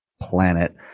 planet